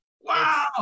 wow